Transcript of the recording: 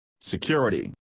Security